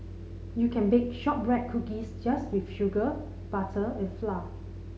you can bake shortbread cookies just with sugar butter and flour